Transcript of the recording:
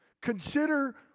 Consider